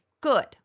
Good